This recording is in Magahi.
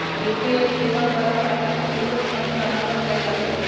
यू.पी.आई सेवा द्वारा खतामें सोझे फंड ट्रांसफर कएल जा सकइ छै